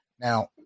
Now